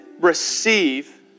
receive